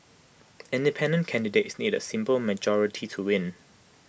independent candidates need A simple majority to win